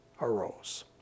arose